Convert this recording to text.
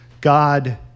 God